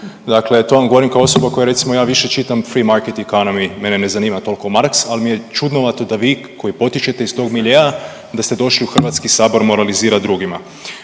Dakle, to vam govorim kao osoba koja recimo ja više čitam Free market economiy, mene ne zanima toliko Marx, ali mi je čudnovato da vi koji potičete iz tog miljea da ste došli u HS moralizirati drugima.